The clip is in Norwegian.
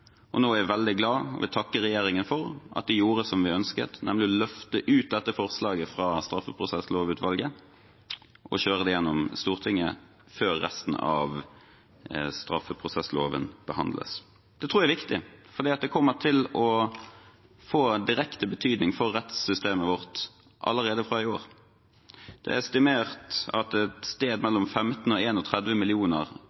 og nå er jeg veldig glad og vil takke regjeringen for at de gjorde som vi ønsket, nemlig å løfte ut dette forslaget fra straffeprosesslovutvalget og kjøre det igjennom i Stortinget før resten av straffeprosessloven behandles. Det tror jeg er viktig, for det kommer til å få direkte betydning for rettssystemet vårt allerede fra i år. Det er estimert at et sted